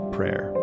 Prayer